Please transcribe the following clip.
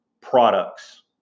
products